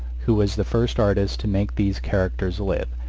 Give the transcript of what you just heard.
who was the first artist to make these characters live,